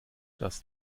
das